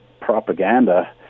propaganda